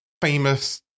famous